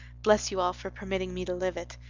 bless you all for permitting me to live it.